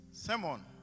Simon